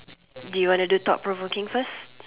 do you want to do thought provoking first